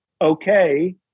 Okay